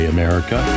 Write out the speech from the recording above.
America